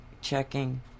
checking